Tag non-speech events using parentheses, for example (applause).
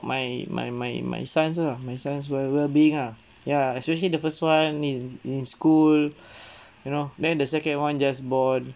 my my my my sons lah my sons well well-being ah ya especially the first one in in school (breath) you know then the second one just born